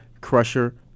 Crusher